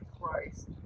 Christ